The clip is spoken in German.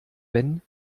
wenn